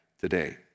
today